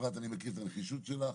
אני מכיר את הנחישות שלך,